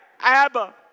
Abba